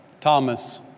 Thomas